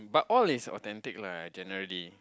but all is authentic lah generally